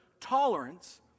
tolerance